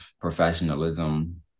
professionalism